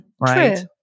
Right